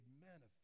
manifest